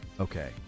Okay